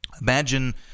imagine